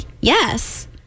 yes